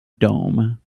dome